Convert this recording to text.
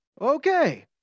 Okay